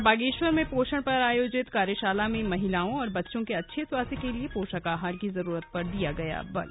और बागेश्वर में पोषण पर आयोजित कार्यशाला में महिलाओं और बच्चों के अच्छे स्वास्थ्य के लिए पोषक आहार की जरूरत पर दिया गया बल